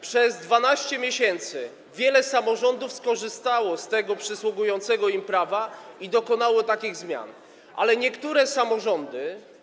Przez 12 miesięcy wiele samorządów skorzystało z tego przysługującego im prawa i dokonało takich zmian, ale niektóre samorządy.